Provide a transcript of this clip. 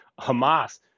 hamas